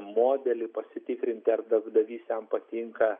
modelį pasitikrinti ar darbdavys jam patinka